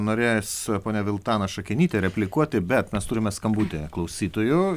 norės ponia viltana šakenytė replikuoti bet mes turime skambutį klausytojų